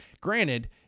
Granted